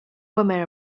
woman